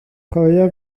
chwaraea